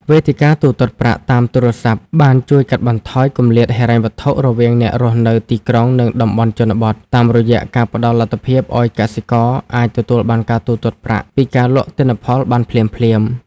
វេទិកាទូទាត់ប្រាក់តាមទូរស័ព្ទបានជួយកាត់បន្ថយគម្លាតហិរញ្ញវត្ថុរវាងអ្នករស់នៅទីក្រុង និងតំបន់ជនបទ តាមរយៈការផ្ដល់លទ្ធភាពឱ្យកសិករអាចទទួលបានការទូទាត់ប្រាក់ពីការលក់ទិន្នផលបានភ្លាមៗ។